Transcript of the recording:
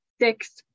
six